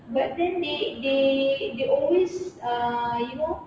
but then they they they always ah you know